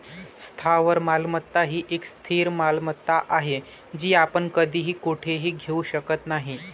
स्थावर मालमत्ता ही एक स्थिर मालमत्ता आहे, जी आपण कधीही कुठेही घेऊ शकत नाही